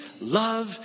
love